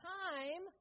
time